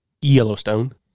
Yellowstone